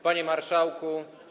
Panie Marszałku!